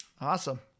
Awesome